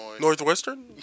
Northwestern